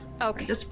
Okay